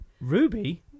Ruby